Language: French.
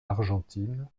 argentine